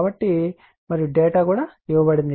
కాబట్టి మరియు డేటా అక్కడ ఇవ్వబడింది